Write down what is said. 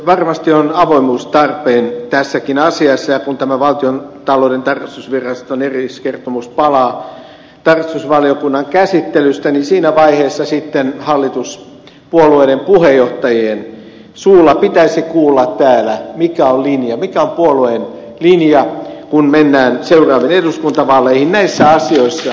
varmasti on avoimuus tarpeen tässäkin asiassa ja kun tämä valtiontalouden tarkastusviraston erilliskertomus palaa tarkastusvaliokunnan käsittelystä niin siinä vaiheessa sitten hallituspuolueiden puheenjohtajien suusta pitäisi kuulla täällä mikä on puolueen linja kun mennään seuraaviin eduskuntavaaleihin näissä asioissa mitä täällä on mainittu